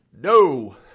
No